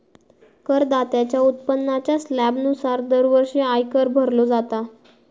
करदात्याच्या उत्पन्नाच्या स्लॅबनुसार दरवर्षी आयकर भरलो जाता